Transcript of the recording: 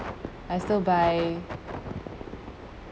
I still buy